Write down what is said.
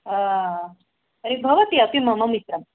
तर्हि भवती अपि मम मित्रं